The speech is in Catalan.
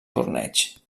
torneig